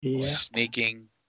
sneaking